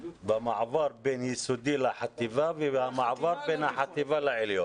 במעבר בין יסודי לחטיבה ובמעבר בין החטיבה לעליון.